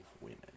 women